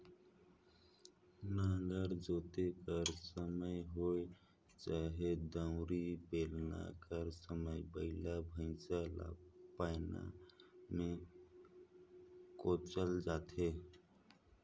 नांगर जोते कर समे होए चहे दउंरी, बेलना कर समे बइला भइसा ल पैना मे कोचल जाथे